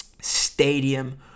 Stadium